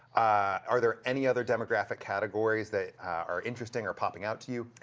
are there any other demographic categories that are interesting or popping out to you?